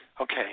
Okay